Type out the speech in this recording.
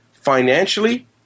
financially